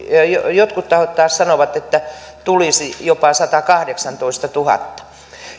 jotkut tahot taas sanovat että tulisi jopa satakahdeksantoistatuhatta